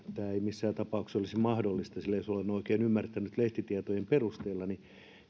missään tapauksessa olisi mahdollista sillä jos olen oikein ymmärtänyt lehtitietojen perusteella niin